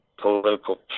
political